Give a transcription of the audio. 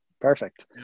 perfect